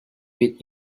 with